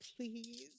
Please